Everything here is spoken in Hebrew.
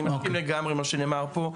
אני מסכים לגמרי עם מה שנאמר פה.